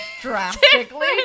drastically